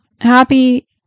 happy